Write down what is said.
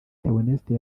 théoneste